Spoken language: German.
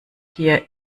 hier